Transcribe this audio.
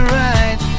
right